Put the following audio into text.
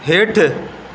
हेठि